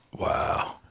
Wow